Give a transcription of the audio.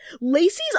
Lacey's